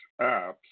apps